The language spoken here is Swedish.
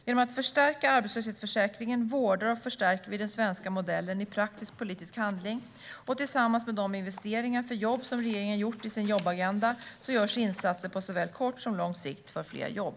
Genom att förstärka arbetslöshetsförsäkringen vårdar och förstärker vi den svenska modellen i praktisk politisk handling, och tillsammans med de investeringar för jobb som regeringen gjort i sin jobbagenda görs insatser på såväl kort som lång sikt för fler jobb.